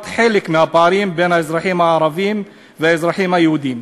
חלק מהפערים בין האזרחים הערבים והאזרחים היהודים.